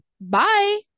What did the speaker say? Bye